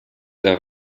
der